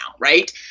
right